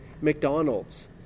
McDonald's